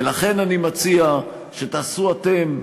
ולכן אני מציע שתעשו אתם,